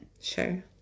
Sure